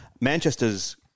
Manchester's